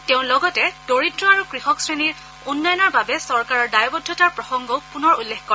তেওঁ লগতে দৰিদ্ৰ আৰু কৃষক শ্ৰেণীৰ উন্নয়নৰ বাবে চৰকাৰৰ দায়বদ্ধতাৰ প্ৰসংগও পুনৰ উল্লেখ কৰে